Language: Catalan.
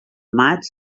maig